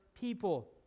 people